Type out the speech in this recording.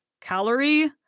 calorie